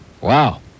Wow